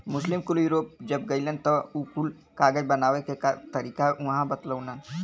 मुस्लिम कुल यूरोप जब गइलन त उ कुल कागज बनावे क तरीका उहाँ बतवलन